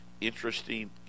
interesting